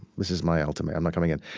this is my ultimatum. i'm not coming in.